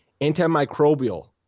antimicrobial